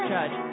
Judge